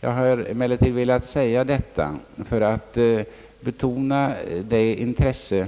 Jag har emellertid velat betona det intresse